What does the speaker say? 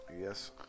Yes